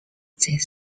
this